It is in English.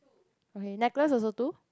okay necklace also two